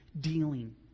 dealing